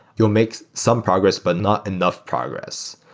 you'll makes some progress, but not enough progress.